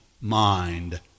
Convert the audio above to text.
mind